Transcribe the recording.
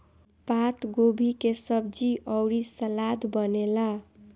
पातगोभी के सब्जी अउरी सलाद बनेला